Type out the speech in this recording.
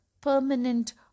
permanent